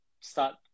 start